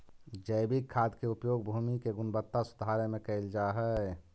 जैविक खाद के उपयोग भूमि के गुणवत्ता सुधारे में कैल जा हई